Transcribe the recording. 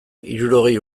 hirurogei